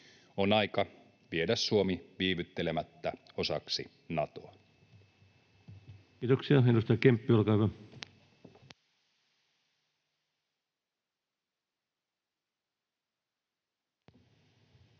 On aika viedä Suomi viivyttelemättä osaksi Natoa. Kiitoksia. — Edustaja Kemppi, olkaa hyvä. Arvoisa